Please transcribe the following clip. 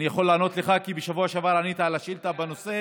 אני יכול לענות לך כי בשבוע שעבר עניתי על שאילתה בנושא,